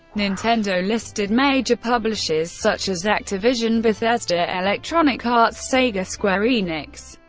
nintendo listed major publishers such as activision, bethesda, electronic arts, sega, square enix,